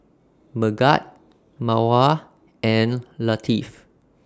Megat Mawar and Latif